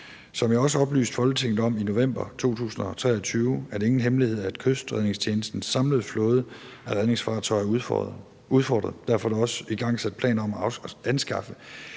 Som jeg også oplyste Folketinget om i november 2023, er det ingen hemmelighed, at Kystredningstjenestens samlede flåde af redningsfartøjer er udfordret. Derfor er der også igangsat planer om at anskaffe